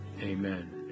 amen